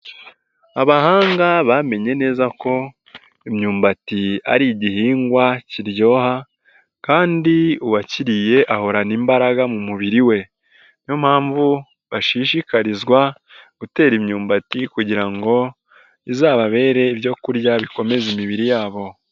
Abahanga bamenye neza ko imyumbati ari igihingwa kiryoha kandi uwakiriye ahorana imbaraga mu mubiri we, ni yo mpamvu bashishikarizwa gutera imyumbati kugira ngo izababere ibyokurya bikomeza imibiri yabo.